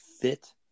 fit